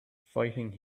fighting